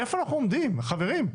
איפה אנחנו עומדים, חברים?